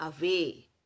away